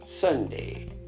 Sunday